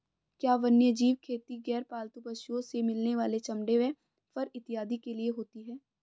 क्या वन्यजीव खेती गैर पालतू पशुओं से मिलने वाले चमड़े व फर इत्यादि के लिए होती हैं?